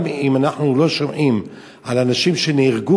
גם אם אנחנו לא שומעים על אנשים שנהרגו,